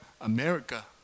America